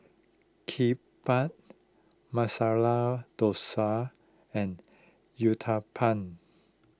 Kimbap Masala Dosa and Uthapam